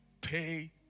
pay